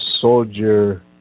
soldier